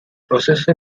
processor